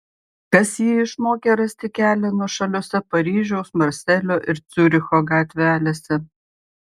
kas jį išmokė rasti kelią nuošaliose paryžiaus marselio ir ciuricho gatvelėse